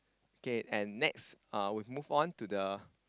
K and next uh we move on to the